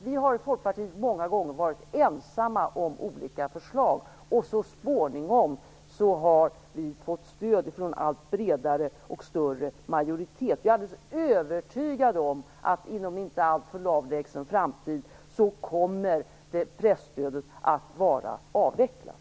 Vi i Folkpartiet har många gånger varit ensamma om olika förslag, och så småningom fått stöd från en allt bredare och större majoritet. Jag är alldeles övertygad om att presstödet kommer att vara avvecklat inom en inte alltför avlägsen framtid.